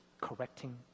correcting